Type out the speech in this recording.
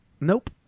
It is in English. Nope